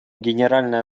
генеральная